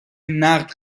نقد